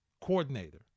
coordinator